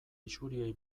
isuriei